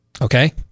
okay